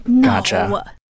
Gotcha